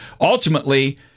ultimately